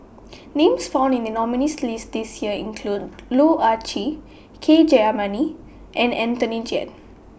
Names found in The nominees' list This Year include Loh Ah Chee K Jayamani and Anthony Chen